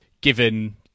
given